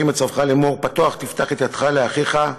מצווך לאמור: פתח תפתח את ידך לאחיך,